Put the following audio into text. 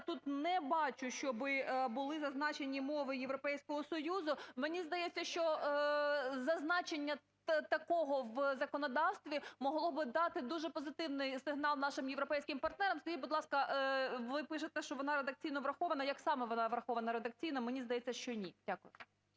я тут не бачу, щоб були зазначені мови Європейського Союзу. Мені здається, що зазначення такого в законодавстві могло би дати дуже позитивний сигнал нашим європейським партнерам. Скажіть, будь ласка, ви пишете, що вона редакційно врахована, як саме вона врахована редакційно? Мені здається, що ні. Дякую.